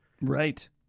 Right